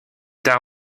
tard